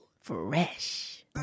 Fresh